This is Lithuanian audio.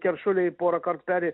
keršuliai porąkart peri